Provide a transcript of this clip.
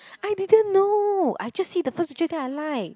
I didn't know I just see the first picture then I like